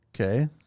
Okay